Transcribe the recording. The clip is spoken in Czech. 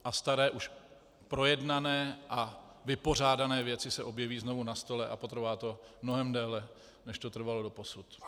A staré, už projednané a vypořádané věci se objeví znovu na stole a potrvá to mnohem déle, než to trvalo doposud.